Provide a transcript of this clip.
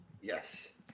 Yes